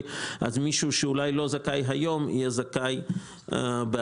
מישהו שאולי לא זכאי היום יהיה זכאי בעתיד.